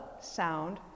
sound